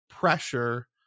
pressure